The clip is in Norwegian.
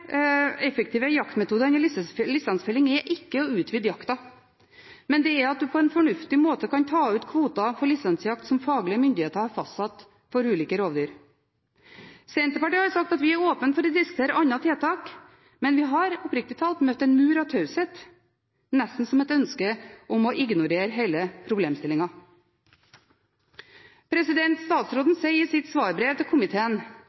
effektive jaktmetoder i lisensfellingen er ikke å utvide jakta, men det er at en på en fornuftig måte kan ta ut kvoter for lisensjakt som faglige myndigheter har fastsatt for ulike rovdyr. Fra Senterpartiet har vi sagt at vi er åpne for å diskutere andre tiltak, men vi har, oppriktig talt, møtt en mur av taushet – nesten som et ønske om å ignorere hele problemstillingen. Statsråden sier i sitt svarbrev til komiteen